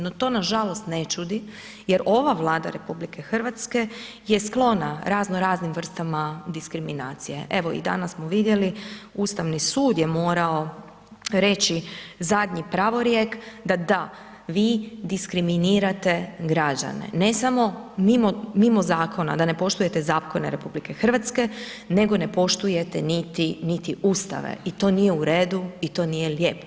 No to nažalost ne čudi jer ova Vlada RH je sklona razno raznim vrstama diskriminacije, evo i danas smo vidjeli, Ustavni sud je morao reći zadnji pravorijek da da vi diskriminirate građane, ne samo mimo zakona, da ne poštujete zakone RH, nego ne poštujete niti, niti Ustav i to nije u redu i to nije lijepo.